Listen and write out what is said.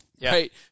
Right